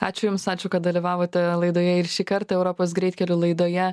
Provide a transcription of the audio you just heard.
ačiū jums ačiū kad dalyvavote laidoje ir šį kartą europos greitkeliu laidoje